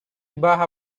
baja